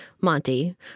Monty